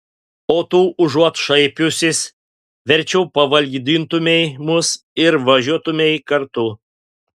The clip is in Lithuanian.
o tu užuot šaipiusis verčiau pavalgydintumei mus ir važiuotumei kartu